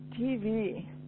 TV